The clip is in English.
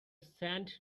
sand